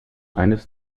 eines